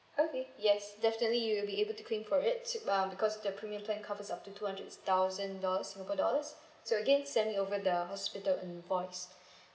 okay yes definitely you will be able to claim for it so um because the premium plan covers up to two thousand dollars singapore dollars so again send me over the hospital invoice